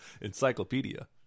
encyclopedia